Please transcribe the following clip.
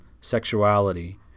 sexuality